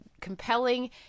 compelling